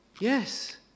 Yes